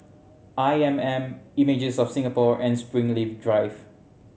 I M M Images of Singapore and Springleaf Drive